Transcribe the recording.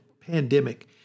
pandemic